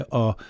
og